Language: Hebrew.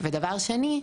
ודבר שני,